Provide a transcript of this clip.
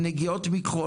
נגיעות מכחול.